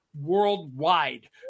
worldwide